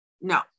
No